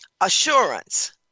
Assurance